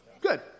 Good